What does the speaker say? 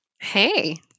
Hey